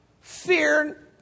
Fear